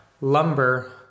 lumber